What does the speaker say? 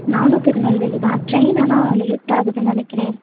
நானும் திருநெல்வேலி தான் ட்ரெயின் ஆனால் லேட் ஆகுதுன்னு நினக்கிறேன்